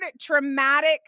traumatic